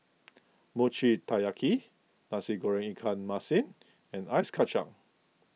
Mochi Taiyaki Nasi Goreng Ikan Masin and Ice Kacang